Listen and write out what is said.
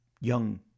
young